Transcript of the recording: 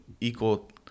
equal